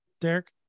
Derek